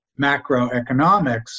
macroeconomics